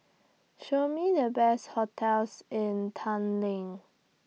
Show Me The Best hotels in Tallinn